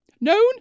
Known